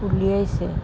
উলিয়াইছে